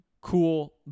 Cool